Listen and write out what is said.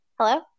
Hello